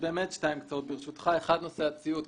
נושא הציוד.